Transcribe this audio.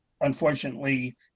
unfortunately